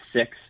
six